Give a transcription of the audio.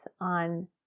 on